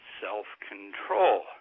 self-control